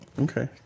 Okay